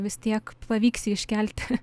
vis tiek pavyks jį iškelti